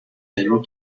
him